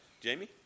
Jamie